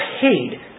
paid